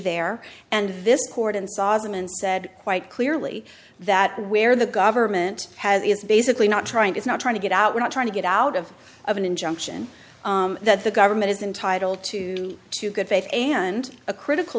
there and this court and saw them and said quite clearly that where the government has it's basically not trying is not trying to get out we're not trying to get out of of an injunction that the government is entitled to to good faith and a critical